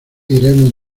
iremos